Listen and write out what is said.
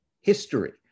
History